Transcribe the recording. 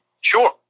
Sure